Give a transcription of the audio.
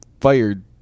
fired